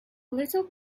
little